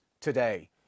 today